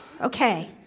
Okay